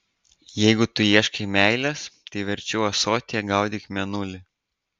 jeigu tu ieškai meilės tai verčiau ąsotyje gaudyk mėnulį